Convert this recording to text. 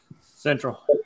Central